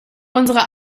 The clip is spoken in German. unsere